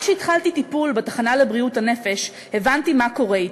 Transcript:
רק כשהתחלתי טיפול בתחנה לבריאות הנפש הבנתי מה קורה אתי,